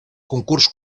concurs